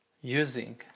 using